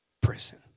prison